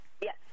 Yes